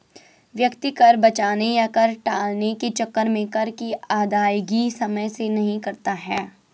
व्यक्ति कर बचाने या कर टालने के चक्कर में कर की अदायगी समय से नहीं करता है